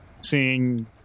seeing